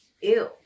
Ew